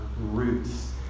roots